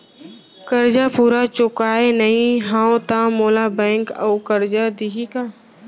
करजा पूरा चुकोय नई हव त मोला बैंक अऊ करजा दिही का?